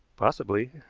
possibly.